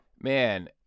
Man